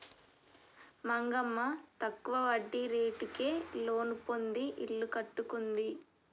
మంగమ్మ తక్కువ వడ్డీ రేటుకే లోను పొంది ఇల్లు కట్టుకుంది